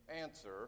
answer